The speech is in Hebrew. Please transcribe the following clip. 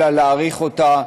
אלא להאריך אותה.